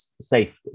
safety